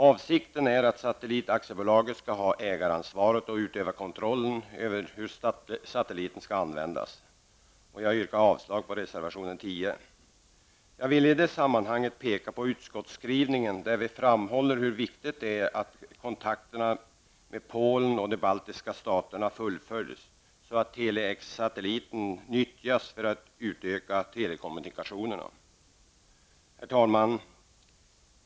Avsikten är att Satellitaktiebolaget skall ha ägaransvaret och utöva kontroll över hur satelliten skall användas. Jag yrkar avslag på reservation 10. Låt mig i sammanhanget peka på utskottets skrivning där vi framhåller hur viktigt det är att kontakterna med Polen och de baltiska staterna fullföljs så att Tele-X-satelliten nyttjas för att utöka telekommunikationerna. Herr talman!